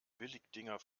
billigdinger